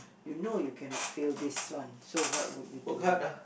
you know you cannot fail this one so what would you do